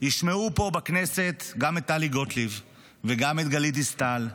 ישמעו פה בכנסת גם את טלי גוטליב וגם את גלית דיסטל,